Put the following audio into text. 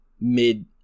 mid